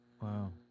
Wow